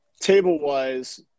Table-wise